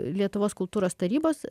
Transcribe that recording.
lietuvos kultūros tarybos